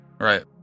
Right